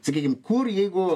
sakykim kur jeigu